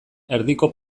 erdiko